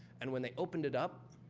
and when they opened it up,